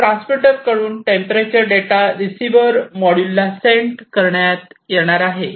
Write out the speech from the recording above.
transmitter कडून temperature data receiver module ला send करण्यात येणार आहे